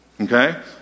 Okay